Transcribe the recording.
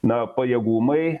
na pajėgumai